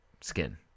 skin